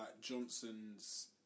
Johnson's